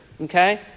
Okay